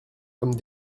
comme